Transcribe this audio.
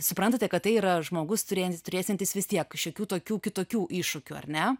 suprantate kad tai yra žmogus turintis turėsiantis vis tiek šiokių tokių kitokių iššūkių ar ne